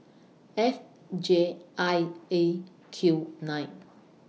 F J I A Q nine